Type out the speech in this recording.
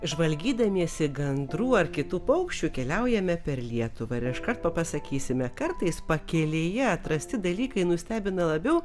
žvalgydamiesi gandrų ar kitų paukščių keliaujame per lietuvą ir iš karto pasakysime kartais pakelėje atrasti dalykai nustebina labiau